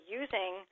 using